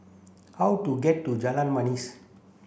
how do get to Jalan Manis